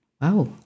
wow